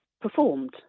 performed